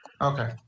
Okay